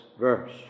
verse